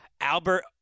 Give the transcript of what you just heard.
Albert